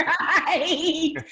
right